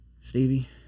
Stevie